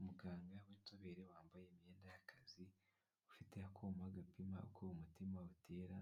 Umuganga w'inzobere wambaye imyenda y'akazi ufite akuma gapima uko umutima utera